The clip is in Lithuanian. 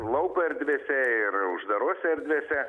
lauko erdvėse ir uždarose erdvėse